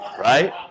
Right